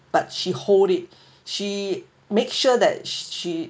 but she hold it she make sure that she